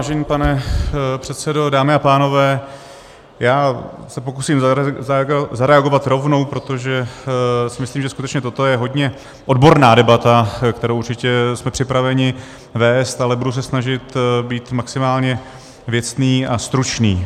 Vážený pane předsedo, dámy a pánové, já se pokusím zareagovat rovnou, protože si myslím, že skutečně toto je hodně odborná debata, kterou určitě jsme připraveni vést, ale budu se snažit být maximálně věcný a stručný.